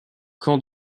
camp